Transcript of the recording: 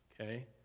okay